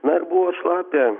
na ir buvo šlapia